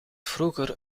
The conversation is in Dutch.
vroeger